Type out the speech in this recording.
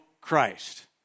Christ